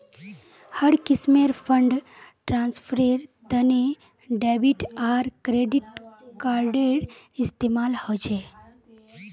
हर किस्मेर फंड ट्रांस्फरेर तने डेबिट आर क्रेडिट कार्डेर इस्तेमाल ह छे